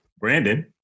Brandon